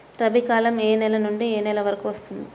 రబీ కాలం ఏ నెల నుండి ఏ నెల వరకు ఉంటుంది?